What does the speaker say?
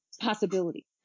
possibility